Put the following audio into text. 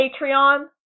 Patreon